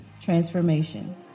transformation